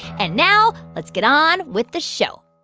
and now let's get on with the show